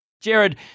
Jared